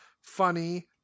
funny